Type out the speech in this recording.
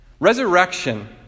Resurrection